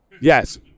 Yes